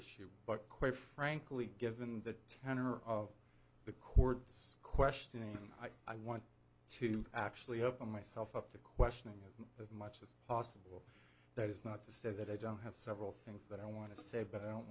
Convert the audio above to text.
issue but quite frankly given the tenor of the chords questioning i want to actually open myself up to questioning him as much as possible that is not to say that i don't have several things that i want to say but i don't